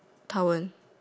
town won't